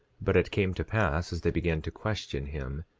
but it came to pass as they began to question him,